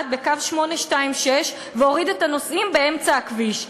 בקו 826 והוריד את הנוסעים באמצע הכביש.